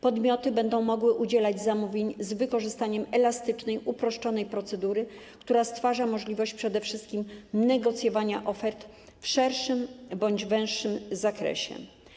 Podmioty będą mogły udzielać zamówień z wykorzystaniem elastycznej uproszczonej procedury, która stwarza możliwość przede wszystkim negocjowania ofert w szerszym bądź węższym zakresie.